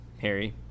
Harry